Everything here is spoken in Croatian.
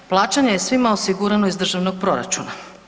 Plaćanje je svima osigurano iz državnog proračuna.